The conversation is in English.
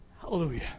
Hallelujah